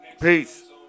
Peace